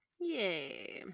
Yay